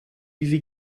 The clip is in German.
diese